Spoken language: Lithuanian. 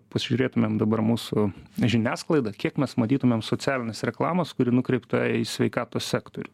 pasižiūrėtumėm dabar mūsų žiniasklaidą kiek mes matytumėm socialinės reklamos kuri nukreipta į sveikatos sektorių